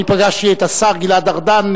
אני פגשתי את השר גלעד ארדן,